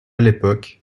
l’époque